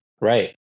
Right